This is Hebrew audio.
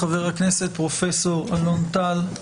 חבר הכנסת פרופ' אלון טל,